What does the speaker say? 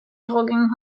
tulkinghorn